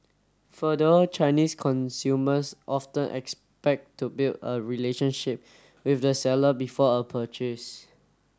further Chinese consumers often expect to build a relationship with the seller before a purchase